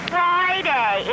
Friday